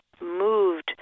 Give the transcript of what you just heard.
moved